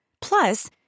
Plus